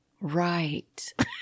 Right